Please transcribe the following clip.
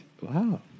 Wow